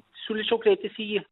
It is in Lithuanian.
siūlyčiau kreiptis į jį